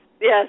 Yes